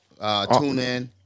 TuneIn